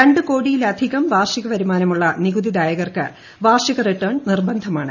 രണ്ട് കോടിയിലധികം വാർഷികം വരുമാനമുള്ള നികുതി ദായകർക്ക് വാർഷിക റിട്ടേൺ നിർബന്ധമാണ്